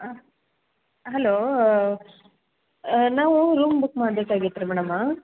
ಹಾಂ ಹಲೋ ನಾವು room book ಮಾಡಬೇಕಾಗಿತ್ತು ಮೇಡಮ